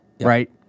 right